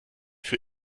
für